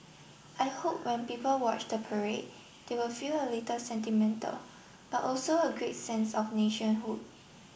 I hope when people watch the parade they will feel a little sentimental but also a great sense of nationhood